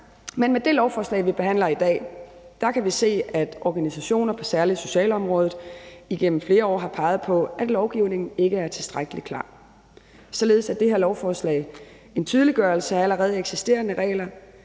Men med det lovforslag, vi behandler i dag, kan vi se, at organisationer på særlig socialområdet igennem flere år har peget på, at lovgivningen ikke er tilstrækkelig klar. Således er det her lovforslag en tydeliggørelse af allerede eksisterende regler.